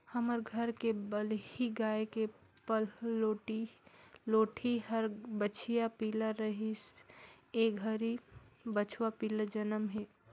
हमर घर के बलही गाय के पहलोठि हर बछिया पिला रहिस ए घरी बछवा पिला जनम हे